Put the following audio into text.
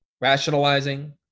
rationalizing